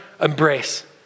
embrace